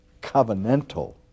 covenantal